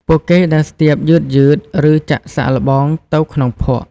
ពួកគេដើរស្ទាបយឺតៗ ឬចាក់សាកល្បងទៅក្នុងភក់។